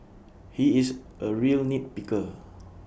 he is A real nit picker